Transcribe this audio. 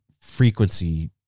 frequency